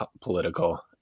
political